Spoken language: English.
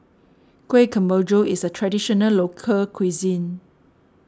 Kueh Kemboja is a Traditional Local Cuisine